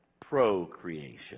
procreation